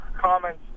comments